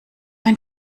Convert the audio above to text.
ein